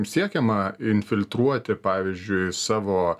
siekiama infiltruoti pavyzdžiui savo